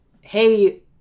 hey